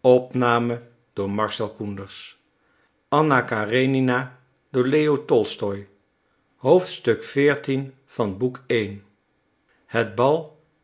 het bal